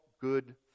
good